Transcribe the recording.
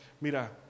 Mira